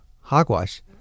Hogwash